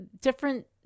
different